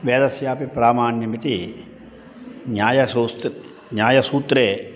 वेदस्यापि प्रामाण्यमिति न्यायसूत्रे न्यायसूत्रे